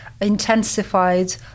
intensified